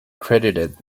credited